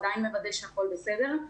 הוא עדיין מוודא שהכול בסדר.